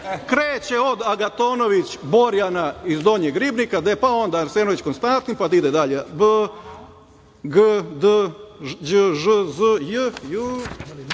kreće od Agatonović Borjana iz Donjeg Ribnika, pa onda Arsenović Konstantin, pa ide dalje B, V, G, D, Đ, Ž, Z, J, K,